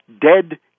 dead